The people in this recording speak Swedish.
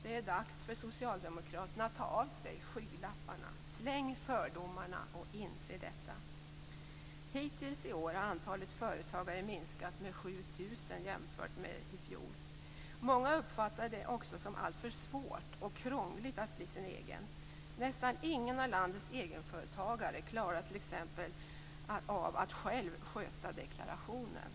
Det är dags för socialdemokraterna att ta av sig skygglapparna. Släng fördomarna och inse detta! 7 000 jämfört med i fjol. Många uppfattar det också som alltför svårt och krångligt att bli sin egen. Nästan ingen av landets egenföretagare klarar t.ex. att själv sköta deklarationen.